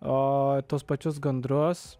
o tuos pačius gandrus